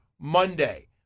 monday